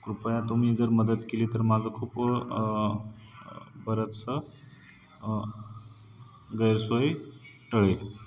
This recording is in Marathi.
कृपया तुम्ही जर मदत केली तर माझं खूप बरंचसं गैरसोय टळेल